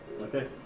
Okay